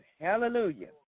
Hallelujah